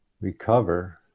recover